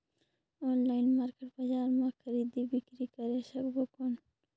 Online market बजार मां खरीदी बीकरी करे सकबो कौन?